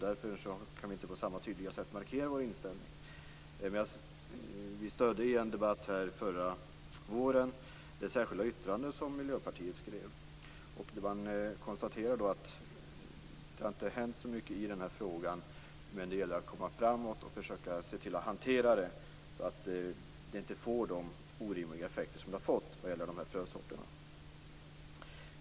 Därför kan vi inte på samma tydliga sätt markera vår inställning. Vi stödde i en debatt förra våren det särskilda yttrande som Miljöpartiet skrivit. Man konstaterar att det inte har hänt så mycket i den här frågan. Men det gäller att komma framåt och försöka se till att hantera det så att det inte får de orimliga effekter som det har fått vad gäller frösorterna.